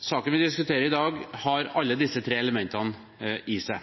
Saken vi diskuterer i dag, har alle disse tre elementene i seg.